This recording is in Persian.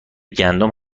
گندم